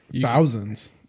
thousands